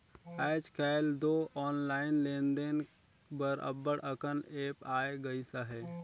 आएज काएल दो ऑनलाईन लेन देन बर अब्बड़ अकन ऐप आए गइस अहे